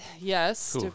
Yes